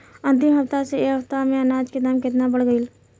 अंतिम हफ्ता से ए हफ्ता मे अनाज के दाम केतना बढ़ गएल?